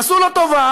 עשו לו טובה,